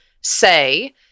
say